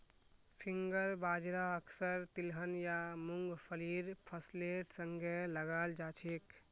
finger बाजरा अक्सर तिलहन या मुंगफलीर फसलेर संगे लगाल जाछेक